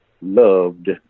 loved